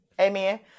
Amen